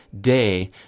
day